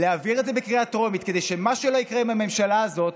להעביר את זה בקריאה טרומית כדי שמה שלא יקרה עם הממשלה הזאת,